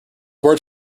words